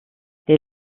les